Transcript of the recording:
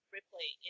Ripley